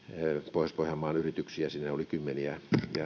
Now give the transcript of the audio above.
pohjois pohjanmaan yrityksiä niitä oli kymmeniä ja